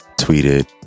tweeted